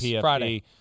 Friday